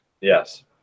Yes